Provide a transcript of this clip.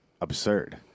absurd